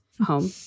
home